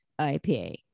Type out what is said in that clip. IPA